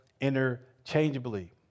interchangeably